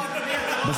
לא, אדוני, אתה